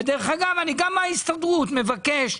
דרך אגב, אני גם מההסתדרות מבקש.